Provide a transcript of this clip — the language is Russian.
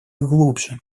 глубже